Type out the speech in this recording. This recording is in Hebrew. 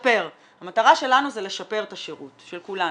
המטרה שלנו זה לשפר את השירות של כולנו.